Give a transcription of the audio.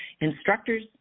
instructors